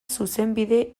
zuzenbide